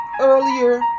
earlier